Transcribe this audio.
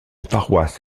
paroisse